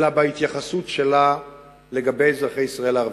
אלא בהתייחסות שלה לאזרחי ישראל הערבים.